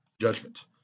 judgment